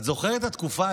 את זוכרת את התקופה,